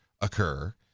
occur